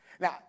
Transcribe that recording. Now